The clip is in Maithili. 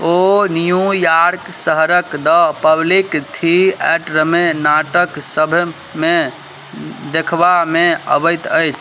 ओ न्यूयार्क शहरक द पब्लिक थियटरमे नाटक सभमे देखबामे अबैत अछि